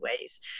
ways